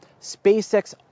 SpaceX